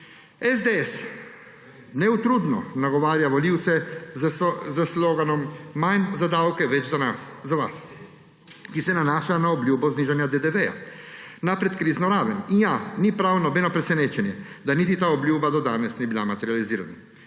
SDS neutrudno nagovarja volivce s sloganom – Manj za davke, več za vas, ki se nanaša na obljubo znižanja DDV na predkrizno raven. In ja, ni prav nobeno presenečenje, da niti ta obljuba do danes ni bila materializirana.